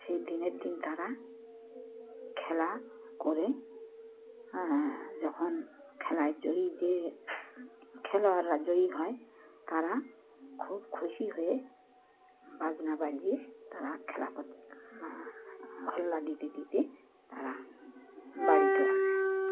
সেই দিনের দিন তারা খেলা করে যখন খেলায় জয়ী যে খেলোয়াড়রা জয়ী হয় তারা খুব খুশি হয়ে বাজনা বাজিয়ে তারা খেলা কর হল্লা দিতে দিতে তারা বাড়ি চলে